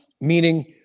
Meaning